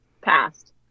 passed